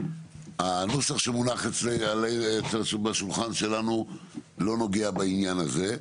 הנוסח שמונח בשולחן שלנו לא נוגע בעניין הזה,